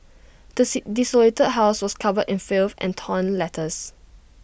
the desolated house was covered in filth and torn letters